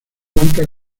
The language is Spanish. cuenta